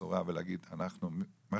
בבשורה ולהגיד את מה שאמרת,